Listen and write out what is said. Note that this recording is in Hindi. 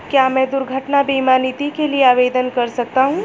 क्या मैं दुर्घटना बीमा नीति के लिए आवेदन कर सकता हूँ?